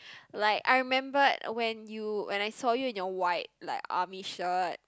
like I remember when you when I saw you in your white like army shirt